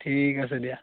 ঠিক আছে দিয়া